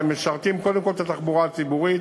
משרתים קודם כול את התחבורה הציבורית